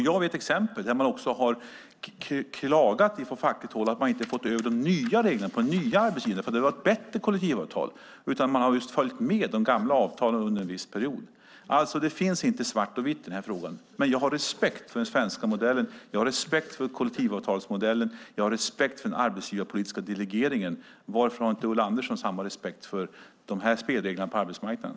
Jag vet exempel där man också har klagat från fackligt håll att man inte fått över de nya reglerna hos den nya arbetsgivaren som haft bättre kollektivavtal, utan de gamla avtalen har följt med under en viss period. Det finns alltså inget som är svart och vitt i den här frågan, men jag har respekt för den svenska modellen, jag har respekt för kollektivavtalsmodellen och jag har respekt för den arbetsgivarpolitiska delegeringen. Varför har inte Ulla Andersson samma respekt för de här spelreglerna på arbetsmarknaden?